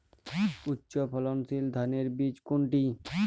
উচ্চ ফলনশীল ধানের বীজ কোনটি?